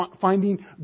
finding